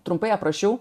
trumpai aprašiau